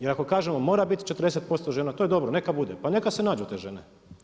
Jer ako kažemo mora biti 40% žena, to je dobro, neka bude, pa neka se nađu te žene.